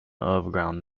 overground